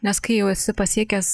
nes kai jau esi pasiekęs